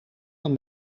dan